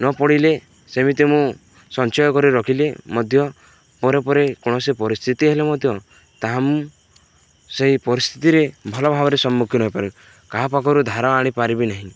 ନପଡ଼ିଲେ ସେମିତି ମୁଁ ସଞ୍ଚୟ କରି ରଖିଲେ ମଧ୍ୟ ପରେ ପରେ କୌଣସି ପରିସ୍ଥିତି ହେଲେ ମଧ୍ୟ ତାହା ମୁଁ ସେହି ପରିସ୍ଥିତିରେ ଭଲ ଭାବରେ ସମ୍ମୁଖୀନ ହୋଇପାରେ କାହା ପାଖରୁ ଧାର ଆଣିପାରିବି ନାହିଁ